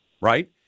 right